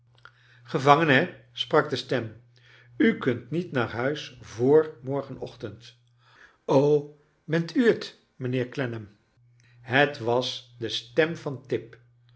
he sprak de stem u kunt niet naar huis voor morgenochtend o bent u t mijnheer clennnam het was de stem van tip